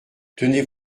tenez